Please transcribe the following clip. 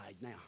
now